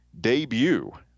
debut